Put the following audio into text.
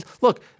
look